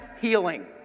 Healing